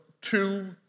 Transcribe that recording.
two